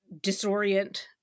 disorient